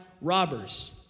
robbers